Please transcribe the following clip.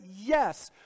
Yes